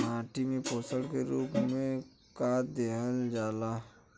माटी में पोषण के रूप में का देवल जाला?